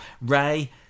Ray